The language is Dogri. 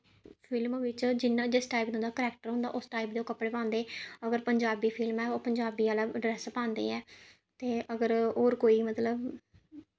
फिल्म बिच्च जियां जिस टाईप दा उं'दा करैक्टर होंदा उस टाईप दे ओह् कपड़े पांदे अगर पंजाबी फिल्म ऐ ओह् पंजाबी आह्ला ड्रैस पांदे ऐ ते अगर होर कोई मतलब